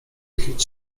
tlić